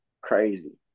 Crazy